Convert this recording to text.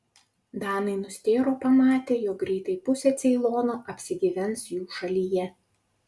danai nustėro pamatę jog greitai pusė ceilono apsigyvens jų šalyje